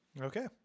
Okay